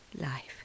life